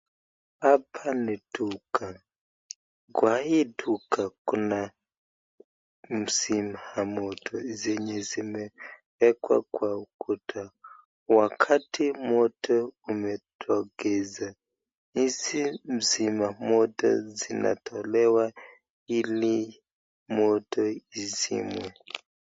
Hapa ni duka, kwa hii duka kuna misima moto zimewekwa kwa ukuta wakati moto umetokeza, hizi mizima moto zinatolewa ili moto izimwe